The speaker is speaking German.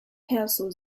perso